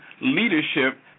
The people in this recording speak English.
leadership